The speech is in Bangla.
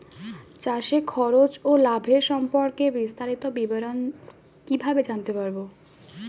চাষে খরচ ও লাভের সম্পর্কে বিস্তারিত বিবরণ কিভাবে জানতে পারব?